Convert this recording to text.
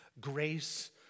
grace